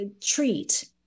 treat